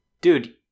Dude